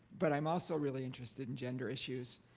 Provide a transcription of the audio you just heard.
but i'm also really interested in gender issues.